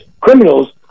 criminals